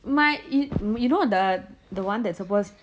my y~ you know the one that's suppose